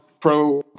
pro